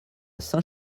saint